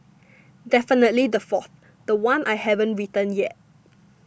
definitely the fourth the one I haven't written yet